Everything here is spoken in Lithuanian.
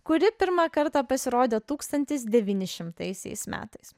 kuri pirmą kartą pasirodė tūkstantis devyni šimtaisiais metais